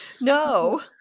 no